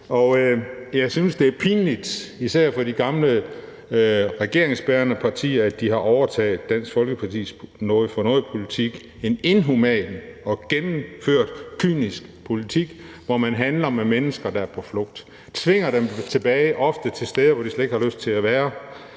jeg synes, det er pinligt, især for de gamle regeringsbærende partier, at de har overtaget Dansk Folkepartis noget for noget-politik; en inhuman og gennemført kynisk politik, hvor man handler med mennesker, der er på flugt, og ofte tvinger dem tilbage til steder, hvor de slet ikke har lyst til at være.